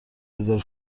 رزرو